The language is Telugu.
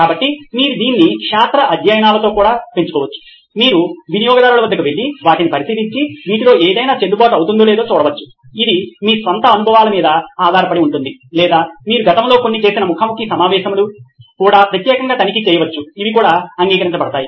కాబట్టి మీరు దీన్ని క్షేత్ర అధ్యయనాలతో కూడా పెంచుకోవచ్చు మీరు వినియోగదారుల వద్దకు వెళ్లి వాటిని పరిశీలించి వీటిలో ఏదైనా చెల్లుబాటు అవుతుందో లేదో చూడవచ్చు ఇది మీ స్వంత అనుభవాల మీద ఆధారపడి ఉంటుంది లేదా మీరు గతంలో చేసిన కొన్ని ముఖా ముఖి సమావేశంలు కూడా ప్రత్యేకంగా తనిఖీ చేయవచ్చు ఇవి కూడా అంగీకరించి బడతాయి